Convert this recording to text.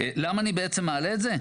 למה אני בעצם מעלה את זה?